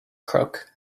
crook